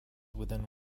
within